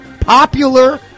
popular